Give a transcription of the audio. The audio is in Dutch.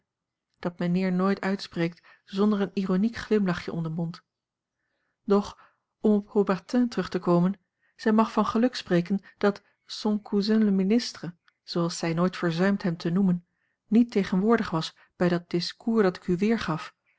dat mijnheer nooit uitspreekt zonder een ironiek glimlachje om den mond doch om op haubertin terug te komen zij mag van geluk spreken dat son cousin le ministre zooals zij nooit verzuimt hem te noemen niet tegenwoordig was bij dat discours dat ik u weergaf